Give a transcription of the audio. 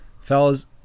Fellas